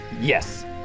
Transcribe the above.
Yes